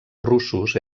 russos